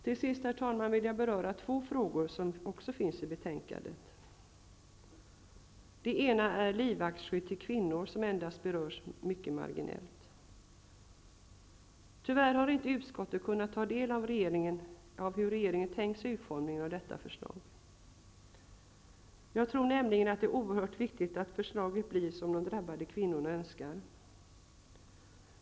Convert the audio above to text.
Till sist, herr talman, vill jag beröra två frågor som också finns i betänkandet. Den ena gäller livvaktsskydd till kvinnor, vilket endast berörs marginellt. Tyvärr har inte utskottet kunnat ta del av hur regeringen tänkt sig utformningen av detta förslag. Jag tror nämligen att det är oerhört viktigt att förslaget blir som de drabbade kvinnorna önskar.